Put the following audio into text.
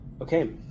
Okay